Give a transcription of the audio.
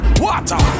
water